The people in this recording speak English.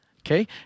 okay